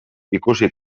ikusi